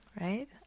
right